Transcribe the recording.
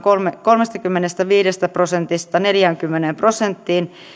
kolmestakymmenestäviidestä prosentista neljäänkymmeneen prosenttiin